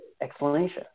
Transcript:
explanation